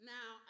Now